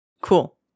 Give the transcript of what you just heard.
Cool